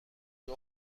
ذوق